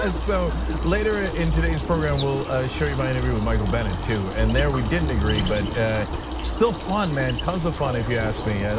and so later ah in today's program we'll show you my interview with michael bennett too. and there, we didn't agree, but so ah still fun, man, tons of fun, if you ask me.